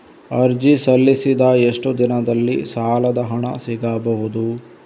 ಅರ್ಜಿ ಸಲ್ಲಿಸಿದ ಎಷ್ಟು ದಿನದಲ್ಲಿ ಸಾಲದ ಹಣ ಸಿಗಬಹುದು?